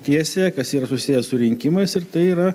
tiesiąją kas yra susiję su rinkimais ir tai yra